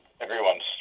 Everyone's